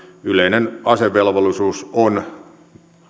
yleinen asevelvollisuus on